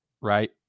right